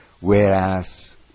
whereas